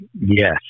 Yes